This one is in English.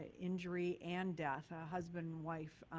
injury and death, husband and wide.